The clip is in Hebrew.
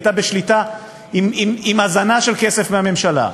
היא הייתה בשליטה עם הזנה של כסף מהממשלה.